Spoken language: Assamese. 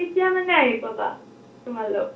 কেতিয়া মানে আহি পাবা তোমালোক